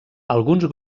alguns